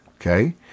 Okay